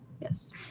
Yes